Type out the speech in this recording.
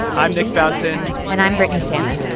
i'm nick fountain and i'm brittany shammas.